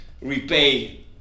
repay